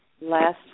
last